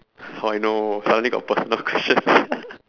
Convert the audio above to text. how I know suddenly got personal questions